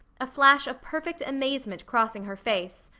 a flash of perfect amazement crossing her face.